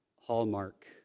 Hallmark